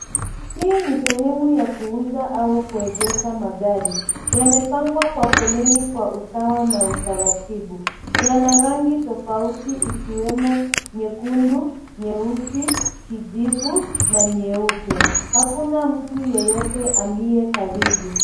Hii ni sehemu ya kuuza au kuegesha magari. Yamepangwa kwa foleni kwa usawa na utaratibu. Yana rangi tofauti, ikiwemo nyekundu, nyeusi, kijivu, na nyeupe. Hakuna mtu yeyote aliye karibu.